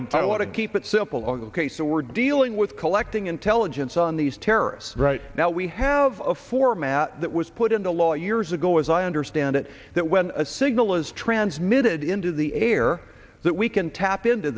want to keep it simple ok so we're dealing with collecting intelligence on these terrorists right now we have a format that was put into law years ago as i understand it that when a signal is transmitted into the air that we can tap into